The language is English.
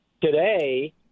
today